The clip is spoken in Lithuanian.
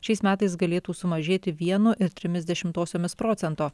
šiais metais galėtų sumažėti vienu ir trimis dešimtosiomis procento